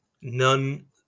None